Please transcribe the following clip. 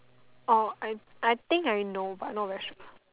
oh I I think I know but not very sure